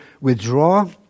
withdraw